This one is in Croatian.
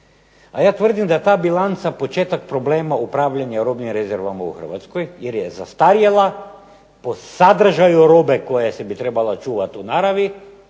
A ja tvrdim da je ta bilanca početak problema upravljanja robnim rezervama u Hrvatskoj jer je zastarjela po sadržaju robe koja se bi trebala čuvati u naravi,